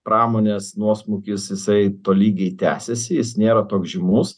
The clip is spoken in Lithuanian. pramonės nuosmukis jisai tolygiai tęsiasi jis nėra toks žymus